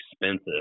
expensive